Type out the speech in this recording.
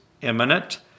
imminent